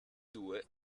due